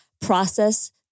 process